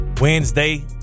Wednesday